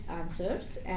answers